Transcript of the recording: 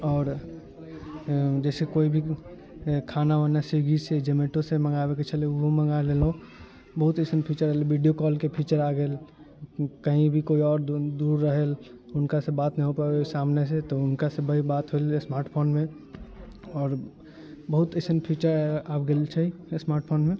आओर जैसे कोइ भी खाना ओना स्विग्गी से जोमेटो से मंगाबैके छलै ओहो मँगा लेलहुँ बहुत अइसन फीचर आयल वीडियो कॉलके फीचर आ गेल कही भी केओ आओर दूर रहल हुनका से बात नहि हो पाबै सामने से तऽ हुनका से बात होलै स्मार्ट फोनमे आओर बहुत अइसन फीचर आबि गेल छै स्मार्ट फोनमे